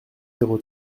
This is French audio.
zéro